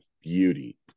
beauty